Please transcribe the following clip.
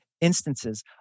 instances